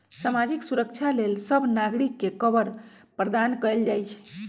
सामाजिक सुरक्षा लेल सभ नागरिक के कवर प्रदान कएल जाइ छइ